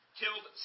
killed